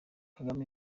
kagame